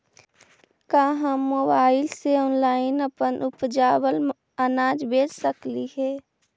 का हम मोबाईल से ऑनलाइन अपन उपजावल अनाज बेच सकली हे?